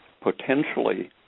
potentially